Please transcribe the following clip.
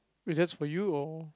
wait just for you or